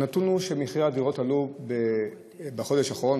הנתון הוא שמחירי הדירות עלו בחודש האחרון,